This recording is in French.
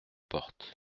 porte